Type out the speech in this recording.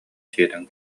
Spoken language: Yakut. сиэтэн